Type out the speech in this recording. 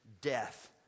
death